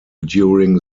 during